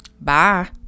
Bye